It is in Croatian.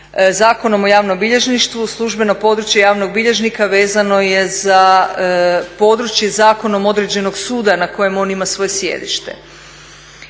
Zakonom o javnom bilježništvu službeno područje javnog bilježnika vezano je za područje zakonom određenog suda na kojem on ima svoje sjedište.